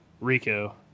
Rico